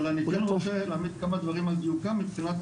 אבל אני כן רוצה להעמיד כמה דברים על דיוקם מבחינת,